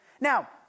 Now